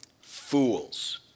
fools